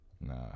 Nah